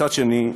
מצד שני,